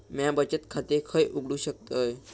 म्या बचत खाते खय उघडू शकतय?